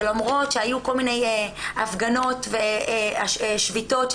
שלמרות שהיו כל מיני הפגנות ושביתות של